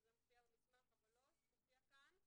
שזה מופיע במסמך אבל לא מופיע כאן,